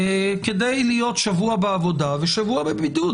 כדי להיות שבוע בעבודה ושבוע בבידוד,